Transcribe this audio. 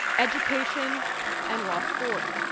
education and rob ford.